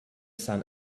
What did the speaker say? sun